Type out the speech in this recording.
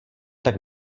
tak